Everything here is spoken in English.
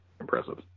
impressive